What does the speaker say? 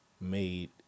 made